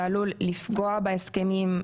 זה עלול לפגוע בהסכמים,